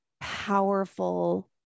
powerful